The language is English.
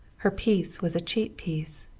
her peace was a cheap peace,